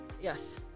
Yes